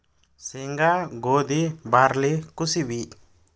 ಸೇಂಗಾ, ಗೋದಿ, ಬಾರ್ಲಿ ಕುಸಿಬಿ